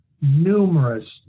numerous